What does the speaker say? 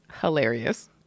Hilarious